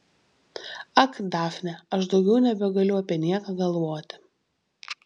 ak dafne aš daugiau nebegaliu apie nieką galvoti